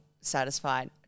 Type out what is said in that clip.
satisfied